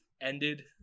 ended